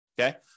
Okay